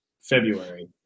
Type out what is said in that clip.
February